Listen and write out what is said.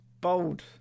bold